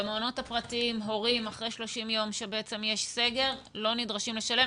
במעונות הפרטיים הורים אחרי 30 יום שיש סגר לא נדרשים לשלם.